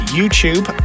YouTube